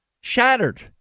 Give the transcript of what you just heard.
Shattered